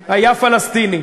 היה פלסטיני.